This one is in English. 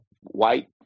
white